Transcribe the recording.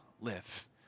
live